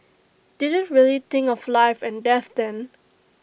didn't really think of life and death then